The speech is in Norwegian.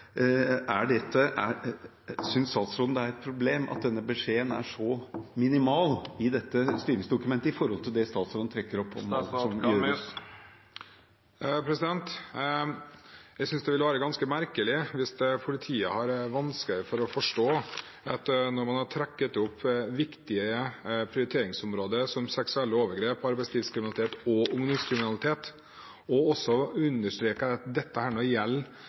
statsråden det er et problem at denne beskjeden er så minimal i dette styringsdokumentet, i forhold til det statsråden trekker opp som må gjøres? Jeg synes det ville være ganske merkelig hvis politiet har vanskelig for å forstå, når man har trukket opp viktige prioriteringsområder som seksuelle overgrep, arbeidslivskriminalitet og ungdomskriminalitet, og også understreket at tiltak som hindrer rekruttering til etablerte miljøer og gjengkriminalitet, har høy prioritet. At det skal være vanskelig å